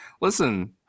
Listen